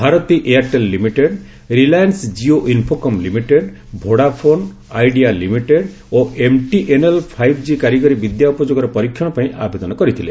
Bharati Airtel limited Reliance Jio Infocomm limited Vodafone Idea limited ଓ MTNL five G କାରିଗରି ବିଦ୍ୟା ଉପଯୋଗର ପରୀକ୍ଷଣ ପାଇଁ ଆବେଦନ କରିଥିଲେ